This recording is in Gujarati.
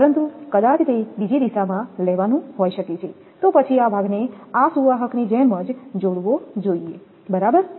પરંતુ કદાચ તે બીજી દિશામાં લેવાનું હોઈ શકે છે તો પછી આ ભાગને આ સુવાહકની જેમ જ જોડવો જોઈએ બરાબર